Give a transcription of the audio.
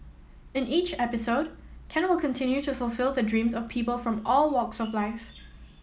in each episode Ken will continue to fulfil the dreams of people from all walks of life